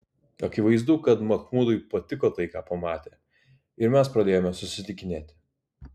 akivaizdu kad machmudui patiko tai ką pamatė ir mes pradėjome susitikinėti